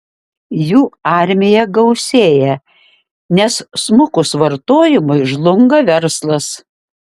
jų armija gausėja nes smukus vartojimui žlunga verslas